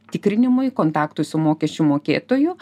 tikrinimui kontaktui su mokesčių mokėtoju